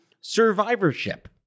survivorship